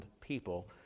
people